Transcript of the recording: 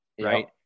Right